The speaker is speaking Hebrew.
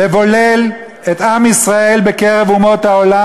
לבולל את עם ישראל בקרב אומות העולם